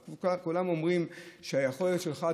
אז כולם אומרים שהיכולת שלך,